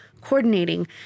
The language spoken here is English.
coordinating